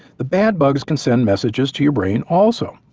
the bad bugs can send messages to your brain also.